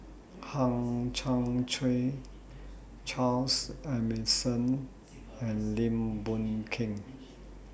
Hang Chang Chieh Charles Emmerson and Lim Boon Keng